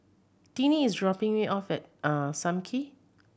Tinie is dropping me off at Sam Kee